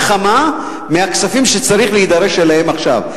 וכמה מהכספים שצריך להידרש אליהם עכשיו.